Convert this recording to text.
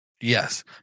Yes